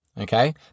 Okay